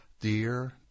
Dear